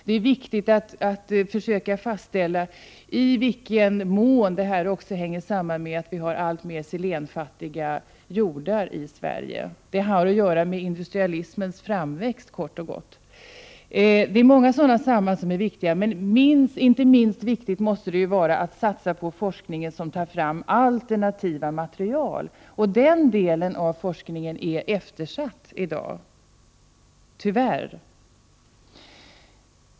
Det är viktigt att försöka fastställa i vilken mån den också hänger samman med att vi i Sverige har alltmer selenfattiga jordar. Sambanden har kort uttryckt att göra med industrialismens framväxt. Många sådana samband är viktiga, men det måste inte minst vara väsentligt att satsa på forskning för att ta fram alternativa material. Den delen av forskningen är i dag tyvärr eftersatt.